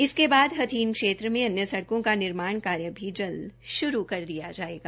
इसके बाद हथीन क्षेत्र में अन्य सड़कों का निर्माण कार्य भी जल्द शुरू कर दिया जायेगा